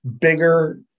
bigger